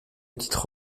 titre